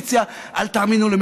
אל תאמינו לאופוזיציה,